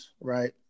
right